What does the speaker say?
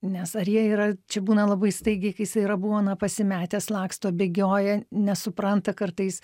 nes ar jie yra čia būna labai staigiai kai jisai yra būna pasimetęs laksto bėgioja nesupranta kartais